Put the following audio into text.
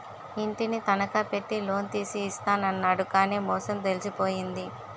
ఇంటిని తనఖా పెట్టి లోన్ తీసి ఇస్తాను అన్నాడు కానీ మోసం తెలిసిపోయింది